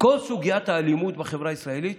כל סוגיית האלימות בחברה הישראלית